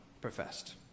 professed